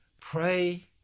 pray